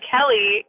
Kelly